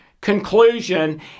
conclusion